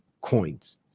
coins